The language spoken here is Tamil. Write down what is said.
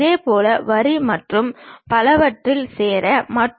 இது B என்ற செவ்வகம் போன்று இருக்கும்